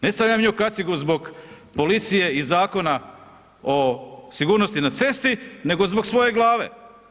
Ne stavljam ja kacigu zbog policije i Zakona o sigurnosti na cesti nego zbog svoje glave.